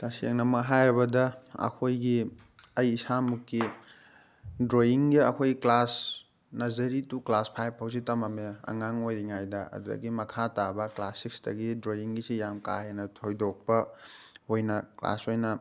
ꯇꯁꯦꯡꯅꯃꯛ ꯍꯥꯏꯔꯕꯗ ꯑꯩꯈꯣꯏꯒꯤ ꯑꯩ ꯏꯁꯥꯃꯛꯀꯤ ꯗ꯭ꯔꯣꯌꯤꯡꯒꯤ ꯑꯩꯈꯣꯏ class nursery to class five ꯐꯥꯎꯁꯦ ꯇꯝꯃꯝꯃꯦ ꯑꯉꯥꯡ ꯑꯣꯏꯔꯤꯉꯩꯗ ꯑꯗꯒꯤ ꯃꯈꯥ ꯇꯥꯕ ꯀ꯭ꯂꯥꯁ ꯁꯤꯛꯁꯇꯒꯤ ꯗ꯭ꯔꯣꯌꯤꯡꯒꯤꯁꯤ ꯌꯥꯝ ꯀꯥ ꯍꯦꯟꯅ ꯊꯣꯏꯗꯣꯛꯄ ꯑꯣꯏꯅ ꯀ꯭ꯂꯥꯁ ꯑꯣꯏꯅ